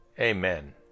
Amen